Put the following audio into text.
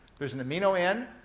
there's an amino end,